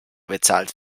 bezahlt